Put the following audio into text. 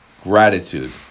gratitude